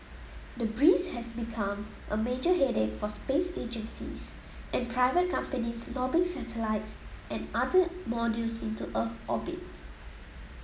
debris has become a major headache for space agencies and private companies lobbing satellites and other modules into Earth orbit